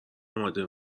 اماده